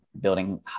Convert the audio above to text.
building